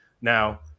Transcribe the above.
Now